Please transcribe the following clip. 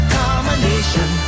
combination